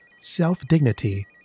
self-dignity